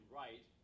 right